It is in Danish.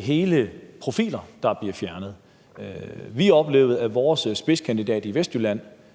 hele profiler, der bliver fjernet, hvad så? Vi oplevede, at vores spidskandidat i Vestjylland